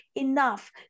enough